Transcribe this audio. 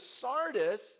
Sardis